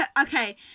Okay